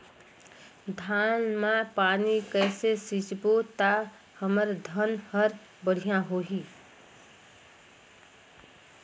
धान मा पानी कइसे सिंचबो ता हमर धन हर बढ़िया होही?